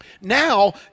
Now